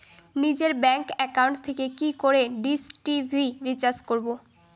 নিজের bank account থেকে কি করে ডিশ টি.ভি রিচার্জ করবো?